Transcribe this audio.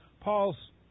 Paul's